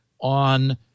on